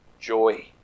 Joy